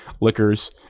liquors